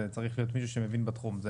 זה צריך להיות מישהו שמבין בתחום.